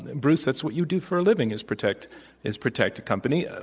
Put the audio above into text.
bruce, that's what you do for a living is protect is protect a company.